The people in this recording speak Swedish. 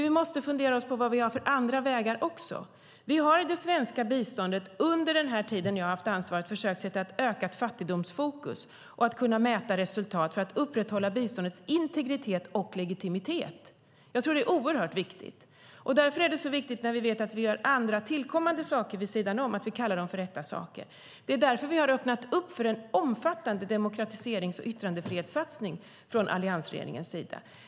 Vi måste fundera över vilka andra vägar vi har. Vi har i det svenska biståndet, under den tid som jag har haft ansvaret, försökt sätta ett ökat fokus på fattigdomsbekämpning och mäta resultat för att kunna upprätthålla biståndets integritet och legitimitet. Jag tror att det är oerhört viktigt. Därför är det så viktigt, när vi vet att vi har andra, tillkommande saker vid sidan om, att vi kallar dem för rätta saker. Det är därför vi har öppnat upp för en omfattande demokratiserings och yttrandefrihetssatsning från alliansregeringens sida.